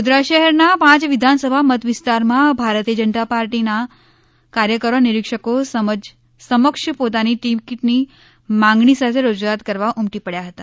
વડોદરા શહેરના પાંચ વિધાનસભા મતવિસ્તારમાં ભારતીય જનતા પાર્ટી ના કાર્ય કરો નિરીક્ષકો સમક્ષ પોતાની ટિકિટની માગણી સાથે રજૂઆત કરવા ઉમટી પડ્યા હતા